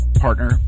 partner